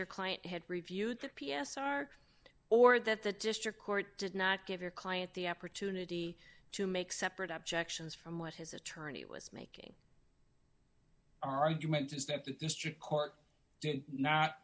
your client had reviewed the p s r or that the district court did not give your client the opportunity to make separate objections from what his attorney was make our argument is that the district court did not